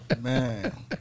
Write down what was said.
Man